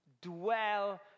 dwell